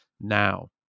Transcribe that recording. now